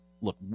look